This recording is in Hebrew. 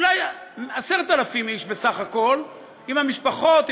ואולי 10,000 איש בסך הכול, עם המשפחות.